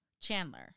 Chandler